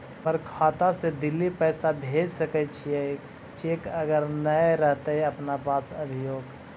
हमर खाता से दिल्ली पैसा भेज सकै छियै चेक अगर नय रहतै अपना पास अभियोग?